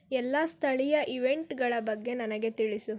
ಎಲ್ಲ ಸ್ಥಳೀಯ ಈವೆಂಟ್ಗಳ ಬಗ್ಗೆ ನನಗೆ ತಿಳಿಸು